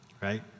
right